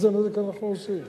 איזה נזק אנחנו עושים?